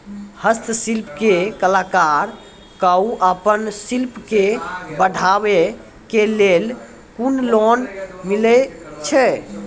हस्तशिल्प के कलाकार कऽ आपन शिल्प के बढ़ावे के लेल कुन लोन मिलै छै?